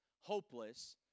hopeless